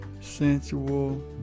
sensual